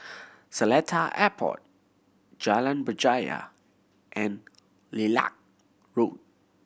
Seletar Airport Jalan Berjaya and Lilac Road